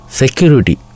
security